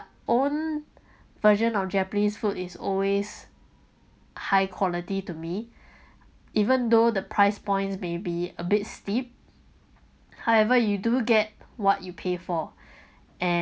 own version of japanese food is always high quality to me even though the price points may be a bit steep however you do get what you pay for